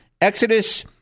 Exodus